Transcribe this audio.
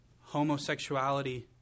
homosexuality